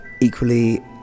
equally